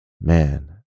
Man